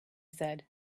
said